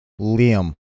Liam